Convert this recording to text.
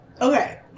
okay